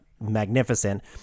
magnificent